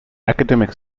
academic